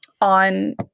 on